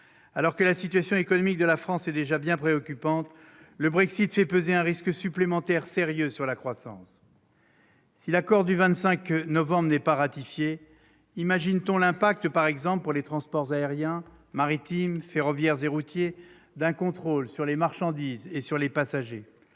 Alors que la situation économique de la France est déjà préoccupante, le Brexit fait peser un risque supplémentaire sérieux sur la croissance. Si l'accord du 25 novembre dernier n'était pas ratifié, quel serait l'impact, pour les transports aériens, maritimes, ferroviaires et routiers, d'un contrôle sur les marchandises et les passagers ?